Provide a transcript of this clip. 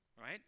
right